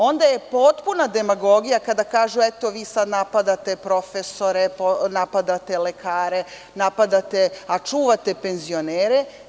Onda je potpuna demagogija kada kažu – eto, vi sada napadate profesore, napadate lekare, napadate, a čuvate penzionere.